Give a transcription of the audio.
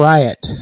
Riot